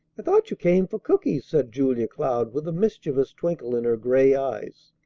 i thought you came for cookies, said julia cloud, with a mischievous twinkle in her gray eyes.